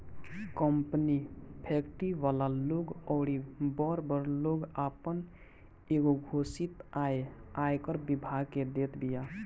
company, factory वाला लोग अउरी बड़ बड़ लोग आपन एगो घोषित आय आयकर विभाग के देत बिया